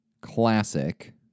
classic